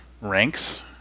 ranks